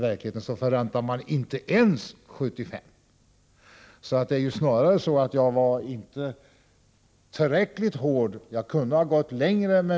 I verkligheten förräntar man inte ens 75 Jo. Snarare var jag inte tillräckligt hård, jag kunde ha gått längre.